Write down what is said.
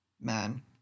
Man